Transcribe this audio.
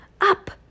Up